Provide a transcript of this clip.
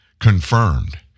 confirmed